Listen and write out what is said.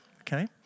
okay